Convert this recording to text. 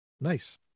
Nice